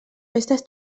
festes